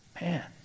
man